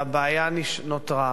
והבעיה נותרה,